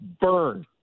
burn